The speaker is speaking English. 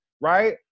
right